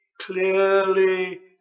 clearly